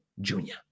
junior